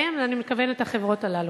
הן, אני מתכוונת לחברות האלה.